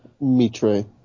Mitre